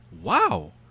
Wow